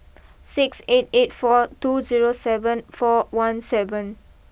six eight eight four two zero seven four one seven